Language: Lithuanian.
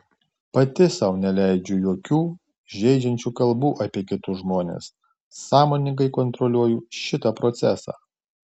pati sau neleidžiu jokių žeidžiančių kalbų apie kitus žmones sąmoningai kontroliuoju šitą procesą